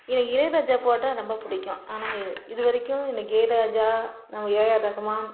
எனக்கு இளையராஜா பாட்டுன்னா ரொம்ப பிடிக்கும் ஆனால் இதுவரைக்கும் எனக்கு இளையராஜா நம்ம ஏஆர் ரஹ்மான்